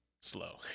slow